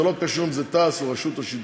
זה לא קשור אם זה תע"ש או רשות השידור.